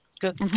Good